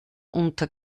unter